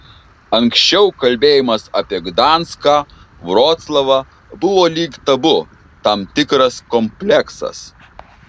anksčiau kalbėjimas apie gdanską vroclavą buvo lyg tabu tam tikras kompleksas